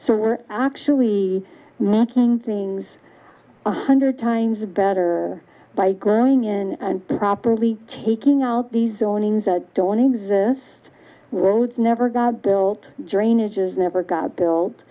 we're actually making things a hundred times better by going in and properly taking out the zoning that don't exist roads never got built drainage is never got built